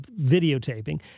videotaping